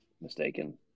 mistaken